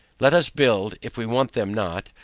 let us build if we want them not,